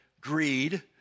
greed